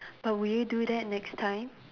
but will you do that next time